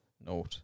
note